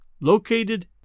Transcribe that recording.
located